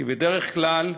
כי בדרך כלל,